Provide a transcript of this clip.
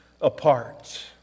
apart